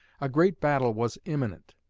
a great battle was imminent,